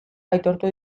aitortu